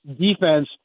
defense